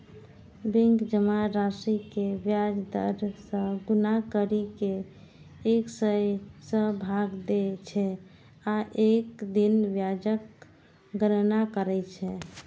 bank जमा राशि कें ब्याज दर सं गुना करि कें एक सय सं भाग दै छै आ एक दिन ब्याजक गणना करै छै